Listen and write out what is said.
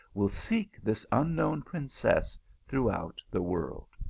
will seek this unknown princess throughout the world.